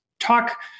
Talk